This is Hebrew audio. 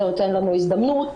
זה נותן לנו הזדמנות.